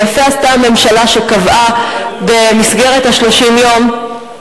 ויפה עשתה הממשלה שקבעה במסגרת 30 יום,